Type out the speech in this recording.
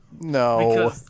No